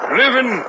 living